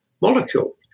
molecule